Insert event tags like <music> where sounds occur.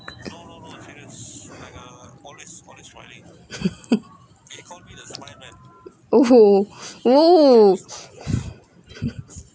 <laughs> !woohoo! <breath> !woo! <laughs>